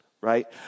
right